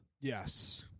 Yes